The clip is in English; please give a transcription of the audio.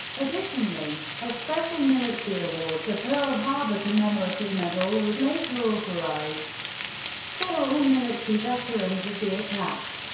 additionally, a special military award, the pearl harbor commemorative medal, was later authorized for all military veterans of the attack.